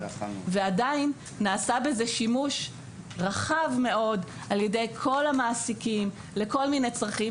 ועדיין נעשה בזה שימוש רחב מאוד על ידי כל המעסיקים לכל מיני צרכים,